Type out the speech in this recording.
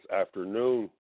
afternoon